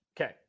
Okay